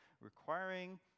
requiring